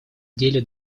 деле